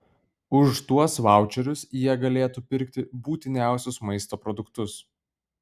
už tuos vaučerius jie galėtų pirkti būtiniausius maisto produktus